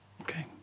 Okay